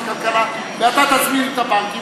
ואתה תזמין את הבנקים,